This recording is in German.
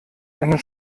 einen